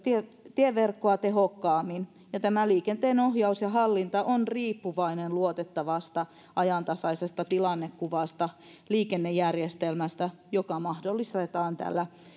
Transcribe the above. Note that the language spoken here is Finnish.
tieverkkoa tehokkaammin ja tämä liikenteen ohjaus ja hallinta on riippuvainen luotettavasta ajantasaisesta tilannekuvasta liikennejärjestelmästä joka mahdollistetaan tämän